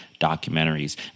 documentaries